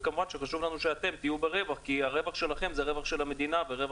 וכמובן שחשוב לנו שאתם תהיה ברווח כי הרווח שלכם זה הרווח של המדינה והרווח